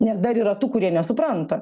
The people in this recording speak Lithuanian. nes dar yra tų kurie nesupranta